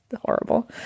horrible